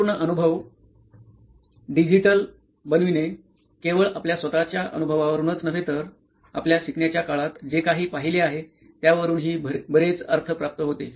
संपूर्ण अनुभव डिजिटल बनविणे केवळ आपल्या स्वतःच्या अनुभवावरूनच नव्हे तर आपल्या शिकण्याच्या काळात जे काही पाहिले आहे त्यावरूनही बरेच अर्थ प्राप्त होते